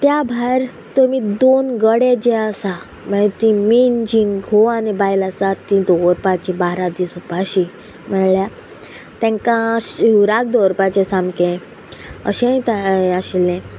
त्या भायर तुमी दोन गडे जे आसा म्हळ्या जी मेन जी घोव आनी बायल आसा ती दवरपाची बारा दीस उपाशी म्हळ्यार तांकां शिवराक दवरपाचे सामके अशेंय ता आशिल्ले